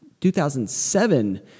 2007